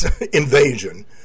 invasion